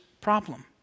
problem